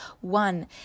one